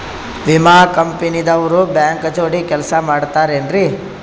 ವಿಮಾ ಕಂಪನಿ ದವ್ರು ಬ್ಯಾಂಕ ಜೋಡಿ ಕೆಲ್ಸ ಮಾಡತಾರೆನ್ರಿ?